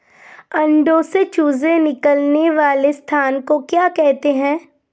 अंडों से चूजे निकलने वाले स्थान को क्या कहते हैं?